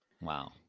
Wow